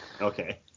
Okay